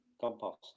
compost